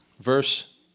Verse